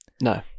No